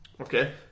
okay